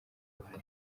uruhare